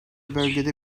bölgede